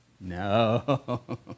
No